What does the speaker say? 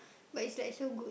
but it's like so good